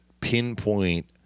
pinpoint